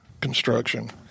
construction